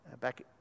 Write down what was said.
back